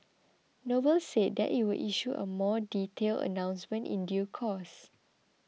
noble said that it will issue a more detailed announcement in due course